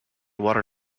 water